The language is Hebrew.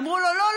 אמרו לו: לא,